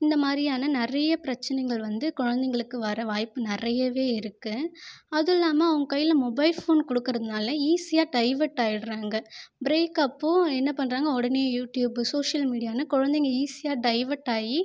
இந்த மாதிரியானா நிறைய பிரச்சனைகள் வந்து குழந்தைங்களுக்கு வர வாய்ப்பு நிறையவே இருக்குது அதுவும் இல்லாமல் அவங்க கையில் மொபைல் ஃபோன் கொடுக்குறதுனால ஈஸியா டைவட்டாயிடுறாங்கள் பிரேக்கப்போ என்ன பண்ணுறாங்க உடனே யூடியூப்பு சோசியல் மீடியான்னு குழந்தைங்க ஈஸியா டைவட்டாயி